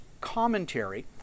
Commentary